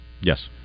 Yes